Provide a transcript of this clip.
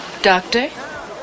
Doctor